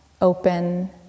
open